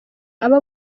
aba